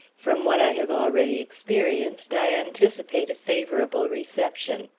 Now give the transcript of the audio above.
from what i have already experienced i anticipate a favorable reception.